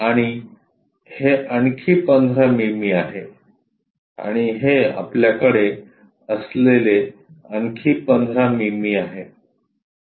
आणि हे आणखी 15 मिमी आहे आणि हे आपल्याकडे असलेले आणखी 15 मिमी आहे